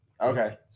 Okay